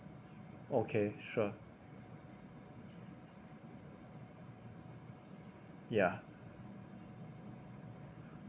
okay sure ya